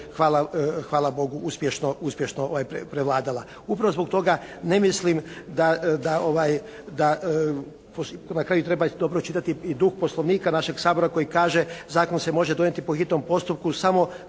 hvala Bogu uspješno prevladala. Upravo zbog toga ne mislim da, na kraju treba dobro čitati i duh Poslovnika našeg Sabora koji kaže zakon se može donijeti po hitnom postupku samo